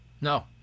no